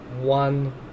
one